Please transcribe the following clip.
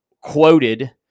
quoted